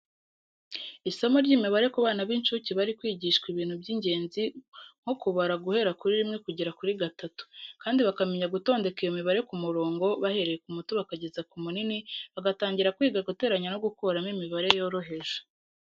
Isomo ry’imibare ku bana b’incuke bari kwigishwa ibintu by’ingenzi nko kubara guhera kuri rimwe kugera kuri gatatu, kandi bakamenya gutondeka iyo mibare ku murongo, bahereye ku muto bakageza ku munini, bagatangira kwiga guteranya no gukuramo imibare yoroheje.